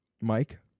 Mike